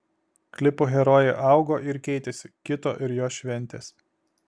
klipo herojė augo ir keitėsi kito ir jos šventės